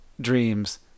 dreams